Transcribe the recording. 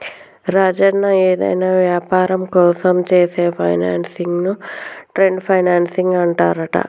రాజన్న ఏదైనా వ్యాపారం కోసం చేసే ఫైనాన్సింగ్ ను ట్రేడ్ ఫైనాన్సింగ్ అంటారంట